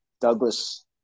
Douglas